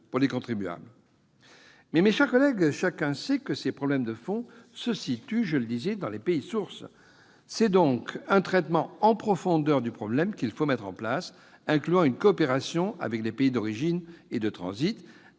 pour les contribuables. Mes chers collègues, chacun sait que les problèmes de fond se situent dans les pays sources. C'est donc un traitement en profondeur du problème qu'il faut mettre en place, incluant une coopération avec les pays d'origine et de transit,